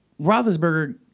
Roethlisberger